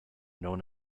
known